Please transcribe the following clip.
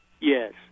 Yes